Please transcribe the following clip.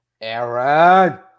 Aaron